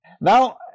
Now